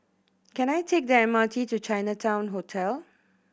can I take the M R T to Chinatown Hotel